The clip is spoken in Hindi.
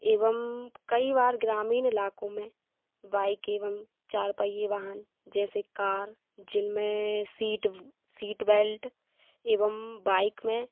एवं कई बार ग्रामीण इलाकों में बाइक एवं चार पहिए वाहन जैसे कार जिनमें सीट सीट बेल्ट एवं बाइक में